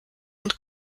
und